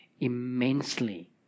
immensely